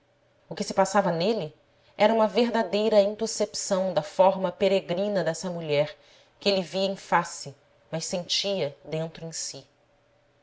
o que se passava nele era uma verdadeira intuscepção da forma peregrina dessa mulher que ele via em face mas sentia dentro em si